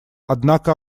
однако